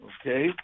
okay